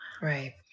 Right